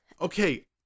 okay